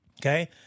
Okay